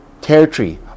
territory